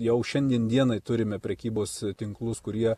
jau šiandien dienai turime prekybos tinklus kurie